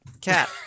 cat